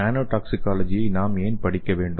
நானோடாக்சிகாலஜியை நாம் ஏன் படிக்க வேண்டும்